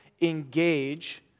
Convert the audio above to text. engage